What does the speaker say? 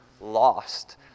lost